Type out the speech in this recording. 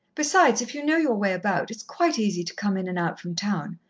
besides, if you know you way about, it's quite easy to come in and out from town.